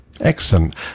excellent